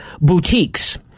boutiques